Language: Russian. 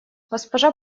госпожа